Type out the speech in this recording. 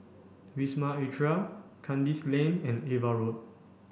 Wisma Atria Kandis Lane and Ava Road